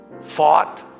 Fought